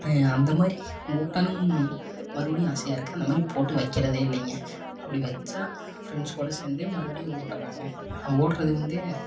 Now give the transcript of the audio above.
அந்தமாதிரி ஓடணும் மறுபுடியும் ஆசையாக இருக்கு அந்தமாதிரி போட்டி வைக்கிறதே இல்லங்க அப்படி வச்சால் ஃப்ரெண்ட்ஸ் கூட சேர்ந்து மறுபுடி ஓடலாம்ங்க ஒடுறது வந்து